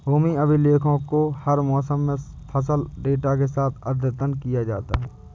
भूमि अभिलेखों को हर मौसम में फसल डेटा के साथ अद्यतन किया जाता है